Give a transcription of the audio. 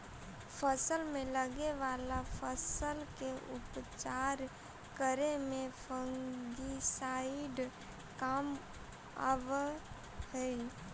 फसल में लगे वाला फंगस के उपचार करे में फंगिसाइड काम आवऽ हई